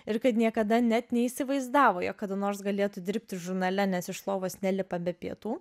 ir kad niekada net neįsivaizdavo jog kada nors galėtų dirbti žurnale nes iš lovos nelipa be pietų